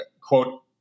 quote